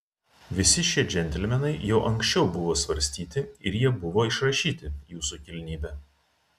visi šie džentelmenai jau anksčiau buvo svarstyti ir jie buvo išrašyti jūsų kilnybe